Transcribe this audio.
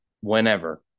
whenever